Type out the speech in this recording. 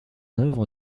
œuvre